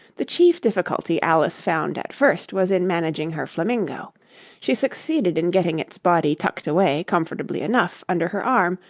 the chief difficulty alice found at first was in managing her flamingo she succeeded in getting its body tucked away, comfortably enough, under her arm,